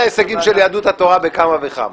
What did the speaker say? ההישגים של יהדות התורה פי כמה וכמה.